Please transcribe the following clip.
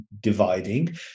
dividing